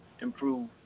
improve